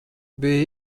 bija